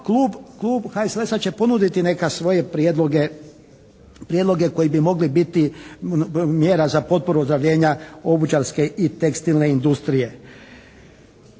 Klub HSLS-a će ponuditi neke svoje prijedloge, prijedloge koji bi mogli biti mjera za potporu ozdravljenja obućarske i tekstilne industrije.